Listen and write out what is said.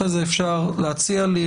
אחרי זה אפשר להציע לי,